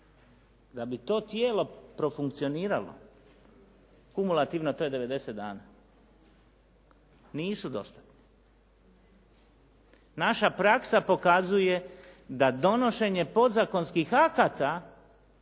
da bi to tijelo profunkcioniralo, kumulativno to je 90 dana, nisu dostatni. Naša praksa pokazuje da donošenje podzakonskih akata